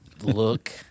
look